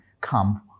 come